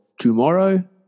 tomorrow